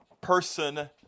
person